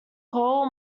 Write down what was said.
coal